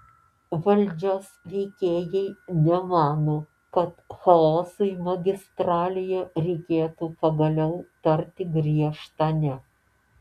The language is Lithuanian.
valdžios veikėjai nemano kad chaosui magistralėje reikėtų pagaliau tarti griežtą ne